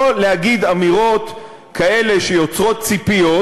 לא להגיד אמירות כאלה שיוצרות ציפיות,